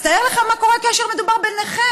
אז תאר לך מה קורה כשמדובר בנכה